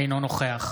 אינו נוכח